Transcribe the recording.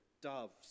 doves